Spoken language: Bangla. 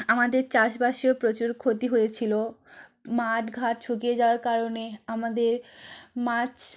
আমাদের চাষবাসেও প্রচুর ক্ষতি হয়েছিলো মাঠ ঘাট শুকিয়ে যাওয়ার কারণে আমাদের মাছ